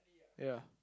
ya